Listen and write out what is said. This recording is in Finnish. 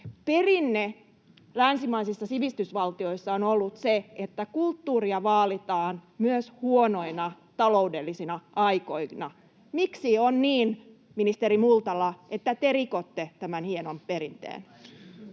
Perinne länsimaisissa sivistysvaltioissa on ollut se, että kulttuuria vaalitaan myös huonoina taloudellisina aikoina. Miksi on niin, ministeri Multala, että te rikotte tämän hienon perinteen?